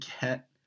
get